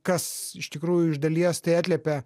kas iš tikrųjų iš dalies tai atliepia